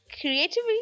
creatively